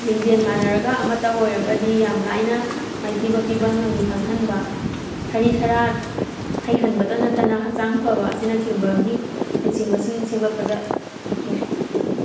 ꯂꯤꯡꯖꯦꯟ ꯃꯥꯟꯅꯔꯒ ꯑꯃꯇ ꯑꯣꯏꯔꯒꯗꯤ ꯌꯥꯝ ꯂꯥꯏꯅ ꯃꯥꯏꯊꯤꯕ ꯄꯤꯕ ꯉꯝꯃꯤ ꯈꯪꯍꯟꯕ ꯁꯔꯤꯠ ꯁꯔꯥꯛ ꯍꯩꯍꯟꯕꯇ ꯅꯠꯇꯅ ꯍꯛꯆꯥꯡ ꯐꯕ ꯑꯁꯤꯅ ꯆꯤꯡꯕꯒꯤ ꯍꯩꯁꯤꯡꯕꯁꯤꯡ ꯁꯦꯝꯒꯠꯄꯗ ꯌꯥꯏ